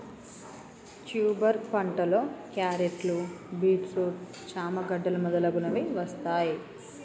tuber పంటలో క్యారెట్లు, beetroot, చామ గడ్డలు మొదలగునవి వస్తాయ్